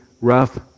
rough